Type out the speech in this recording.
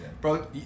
Bro